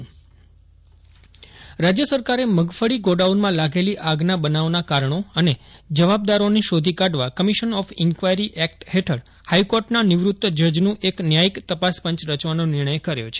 અશરફ નથવાણી રાજ્ય સરકાર મગફળી તપાસ રાજ્ય સરકારે મગફળી ગોડાઉનમાં લાગેલી આગના બનાવના કારણો અને જવાબદારોને શોધી કાઢવા કમિશન ઓફ ઇન્કવાયરી એકટ હેઠળ હાઇકોર્ટ ના નિવૃત જજનું એક ન્યાયિક તપાસ પંચ રચવાનો નિર્ણય કર્યો છે